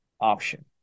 option